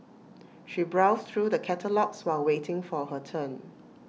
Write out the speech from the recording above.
she browsed through the catalogues while waiting for her turn